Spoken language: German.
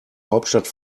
hauptstadt